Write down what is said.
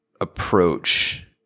approach